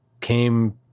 came